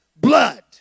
blood